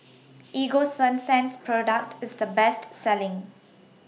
Ego Sunsense Product IS The Best Selling